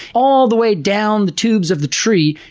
all the way down the tubes of the tree,